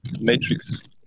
Matrix